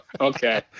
Okay